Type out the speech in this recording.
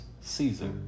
Caesar